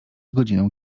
godzinę